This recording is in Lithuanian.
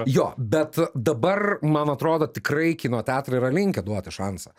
jo bet dabar man atrodo tikrai kino teatrai yra linkę duoti šansą